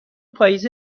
پاییز